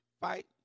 fight